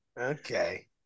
Okay